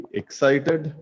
excited